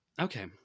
Okay